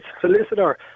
solicitor